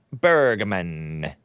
Bergman